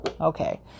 okay